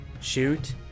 shoot